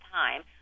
time